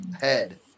head